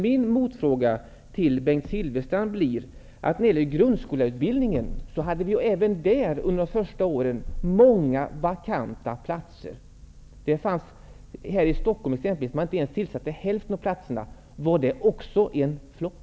Min motfråga till Bengt Silfverstrand blir: Även när det gäller grundskoleutbildningen hade vi under de första åren många vakanta platser. Här i Stockholm kunde man exempelvis inte ens tillsätta hälften av platserna. Var det också en flopp?